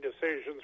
decisions